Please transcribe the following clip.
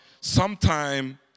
sometime